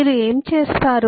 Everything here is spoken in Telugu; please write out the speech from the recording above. మీరు ఏమి చేస్తారు